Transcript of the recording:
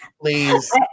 Please